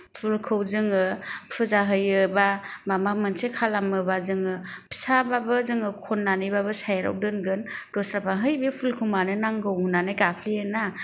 फुलखौ जोङो फुजा होयोब्ला माबा मोनसे खालामोब्ला जोङो फिसाब्लाबो जोङो खननानैबाबो सायडआव दोनगोन गोसोबा है बे फुलखौ मानो नांगौ होननानै गाफ्लेयो ना